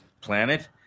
planet